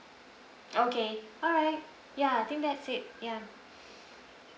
okay alright ya I think that's it ya